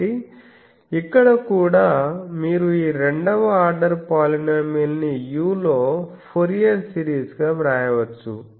కాబట్టి ఇక్కడ కూడా మీరు ఈ రెండవ ఆర్డర్ పాలినోమియల్ ని u లో ఫోరియర్ సిరీస్గా వ్రాయవచ్చు